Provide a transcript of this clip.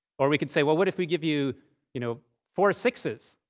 or we could say, well, what if we give you you know four six s?